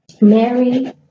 Mary